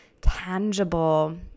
tangible